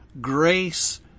grace